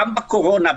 גם בקורונה,